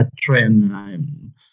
trend